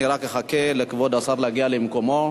אני רק אחכה לכבוד השר שיגיע למקומו.